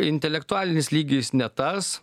intelektualinis lygis ne tas